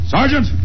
Sergeant